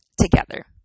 together